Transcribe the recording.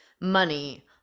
money